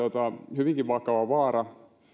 hyvinkin vakava vaara